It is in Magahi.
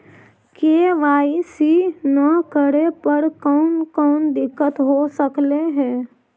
के.वाई.सी न करे पर कौन कौन दिक्कत हो सकले हे?